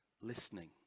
listening